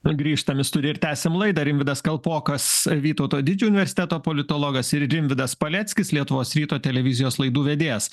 na grįžtam į studiją ir tęsiam laidą rimvydas kalpokas vytauto didžiojo universiteto politologas ir rimvydas paleckis lietuvos ryto televizijos laidų vedėjas